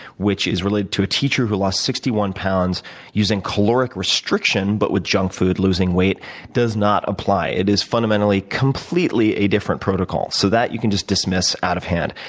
which is related to a teacher who lost sixty one pounds using caloric restriction but with junk food losing weight does not apply. it is, fundamentally, completely a different protocol so that you can just dismiss out of hand.